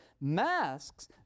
masks